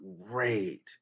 great